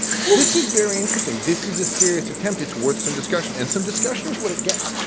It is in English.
this is very interesting. this is a serious attempt. it's worth some discussion and some discussion is what it gets.